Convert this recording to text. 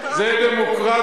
יש לצטט